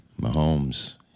Mahomes